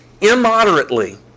immoderately